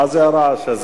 18,